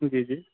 जी जी